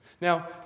Now